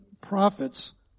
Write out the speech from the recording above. prophets